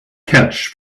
catch